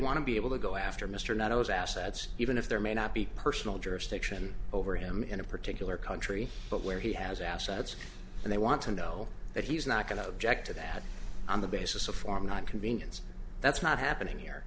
want to be able to go after mr not as assets even if there may not be personal jurisdiction over him in a particular country but where he has assets and they want to know that he's not going to object to that on the basis of form not convenience that's not happening here